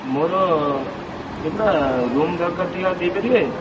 ମୋର କେତେଟା ରୁମ୍ ଦରକାର ଥିଲା ଦେଇପାରିବେ